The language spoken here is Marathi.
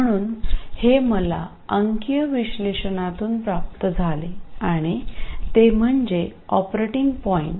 म्हणून हे मला अंकीय विश्लेषणातून प्राप्त झाले आणि ते म्हणजे ऑपरेटिंग पॉईंट